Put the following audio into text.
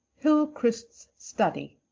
hillcrist's study.